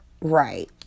Right